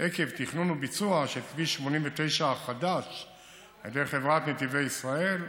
עקב תכנון וביצוע של כביש 89 החדש על ידי חברת נתיבי ישראל,